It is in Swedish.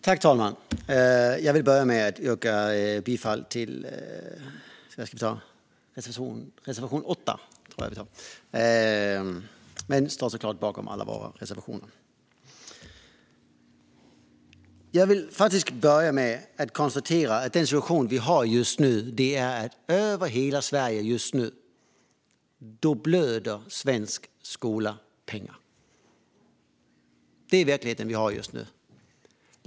Herr talman! Jag vill börja med att yrka bifall till reservation 8. Naturligtvis står jag bakom alla våra reservationer. Den situation vi har just nu över hela Sverige är att skolan blöder pengar. Det är verkligheten.